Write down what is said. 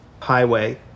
highway